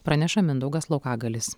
praneša mindaugas laukagalis